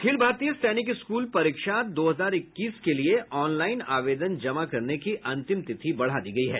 अखिल भारतीय सैनिक स्कूल परीक्षा दो हजार इक्कीस के लिए ऑनलाईन आवेदन जमा करने की अंतिम तिथि बढ़ा दी गयी है